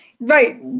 Right